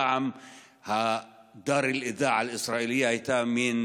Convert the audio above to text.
פעם (אומר בערבית: בית השידור הישראלי) היה מין,